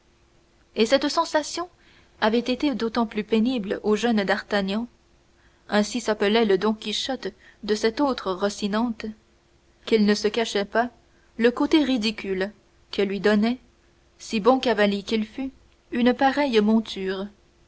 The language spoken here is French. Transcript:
et cette sensation avait été d'autant plus pénible au jeune d'artagnan ainsi s'appelait le don quichotte de cette autre rossinante qu'il ne se cachait pas le côté ridicule que lui donnait si bon cavalier qu'il fût une pareille monture